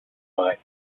vraie